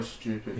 stupid